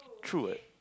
true what